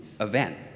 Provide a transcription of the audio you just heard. event